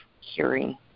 hearing